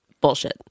bullshit